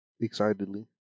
excitedly